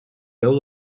peu